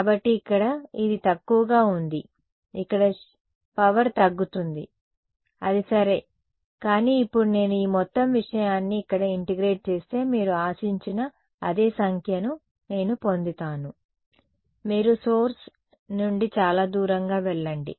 కాబట్టి ఇక్కడ ఇది తక్కువగా ఉంది ఇక్కడ పవర్ తగ్గుతుంది అది సరే కానీ ఇప్పుడు నేను ఈ మొత్తం విషయాన్ని ఇక్కడ ఇంటిగ్రేట్ చేస్తే మీరు ఆశించిన అదే సంఖ్యను నేను పొందుతాను మీరు ఈ సోర్స్ నుండి చాలా దూరంగా వెళ్లండి